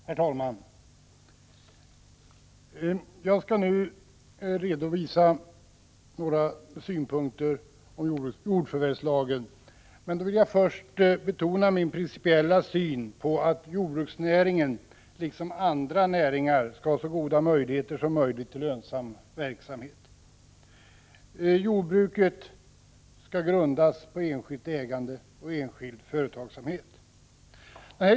Herr talman! Jag skall nu redovisa några synpunkter på jordförvärvslagen. Men jag vill först betona min principiella syn på att jordbruksnäringen liksom andra näringar skall ha så goda möjligheter som möjligt till lönsam verksamhet. Jordbruket skall grundas på enskilt ägande och enskild företagsamhet.